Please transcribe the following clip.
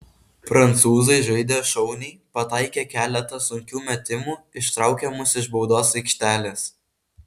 prancūzai žaidė šauniai pataikė keletą sunkių metimų ištraukė mus iš baudos aikštelės